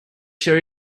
sure